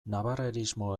navarrerismo